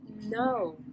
no